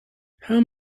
how